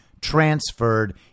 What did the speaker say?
transferred